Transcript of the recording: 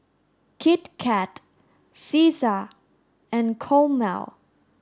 Kit Kat Cesar and Chomel